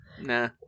Nah